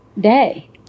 day